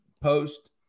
post